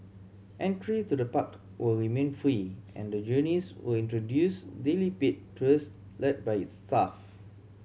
entry to the park will remain free and Journeys will introduce daily paid tours led by its staff